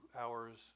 hours